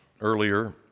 earlier